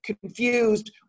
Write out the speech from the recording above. confused